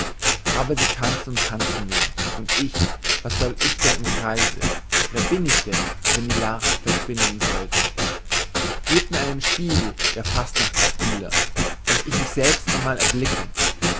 aber sie tanzen und tanzen nur und ich was soll ich denn im kreise wer bin ich denn wenn die larven verschwinden sollten gebt mir einen spiegel ihr fastnachtsspieler daß ich mich selbst einmal erblicke